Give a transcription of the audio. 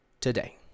today